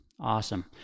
Awesome